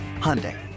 Hyundai